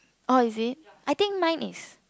oh is it I think mine is